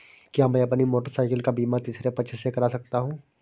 क्या मैं अपनी मोटरसाइकिल का बीमा तीसरे पक्ष से करा सकता हूँ?